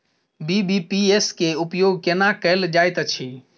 BBPS केँ उपयोग केना कएल जाइत अछि?